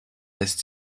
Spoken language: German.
lässt